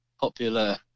popular